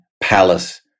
palace